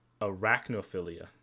arachnophilia